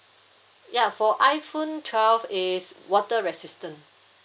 ya for iphone twelve it's water resistant